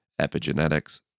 Epigenetics